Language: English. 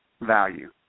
value